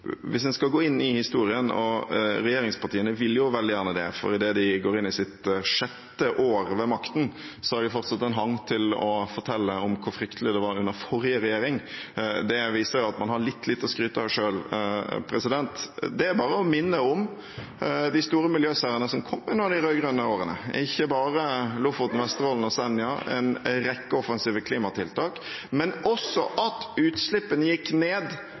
Hvis en skal gå inn i historien – og regjeringspartiene vil jo veldig gjerne det, for idet de går inn i sitt sjette år ved makten, har de fortsatt en hang til å fortelle om hvor fryktelig det var under forrige regjering, og det viser at man har litt lite å skryte av selv – er det bare å minne om de store miljøseirene som kom under de rød-grønne årene: ikke bare Lofoten, Vesterålen og Senja, en rekke offensive klimatiltak, men også at utslippene gikk ned